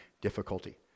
difficulty